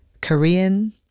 Korean